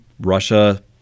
Russia